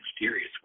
mysterious